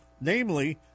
namely